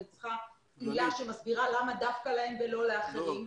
אני צריכה עילה שמסבירה למה דווקא להם ולא לאחרים,